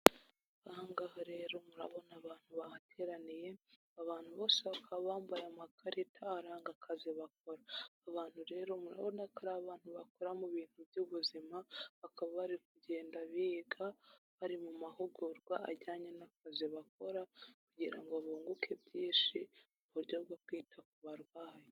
Aha ngaha rero murabona abantu bahateraniye, abantu bose bakaba bambaye amakarita aranga akazi bakora. Abantu rero murabona ko ari abantu bakora mu bintu by'ubuzima, bakaba bari kugenda biga bari mu mahugurwa ajyanye n'akazi bakora kugira ngo bunguke byinshi mu buryo bwo kwita ku barwayi.